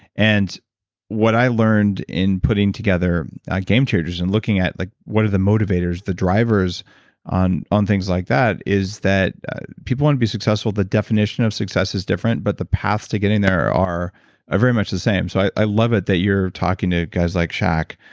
and what i learned in putting together game changers and looking at like what are the motivators, the drivers on on things like that is that people want to be successful. the definition of success is different, but the paths to getting there are ah very much the same so i love it that you're talking talking to guys like shaq,